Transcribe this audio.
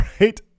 right